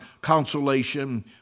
consolation